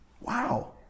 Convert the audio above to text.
Wow